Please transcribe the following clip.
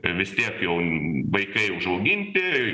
vis tiek jau vaikai užauginti